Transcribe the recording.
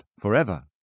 forever